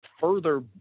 further